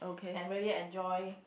and really enjoy